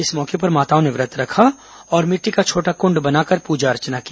इस मौके पर माताओं ने व्रत रखा और मिट्टी का छोटा कुंड बनाकर प्रजा अर्चना की